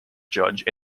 judge